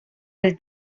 del